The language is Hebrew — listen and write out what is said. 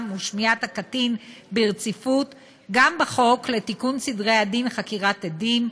ושמיעת הקטין ברציפות גם בחוק לתיקון סדרי הדין (חקירת עדים),